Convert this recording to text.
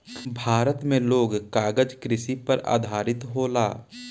भारत मे लोग कागज कृषि पर आधारित होला